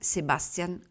Sebastian